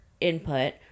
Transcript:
input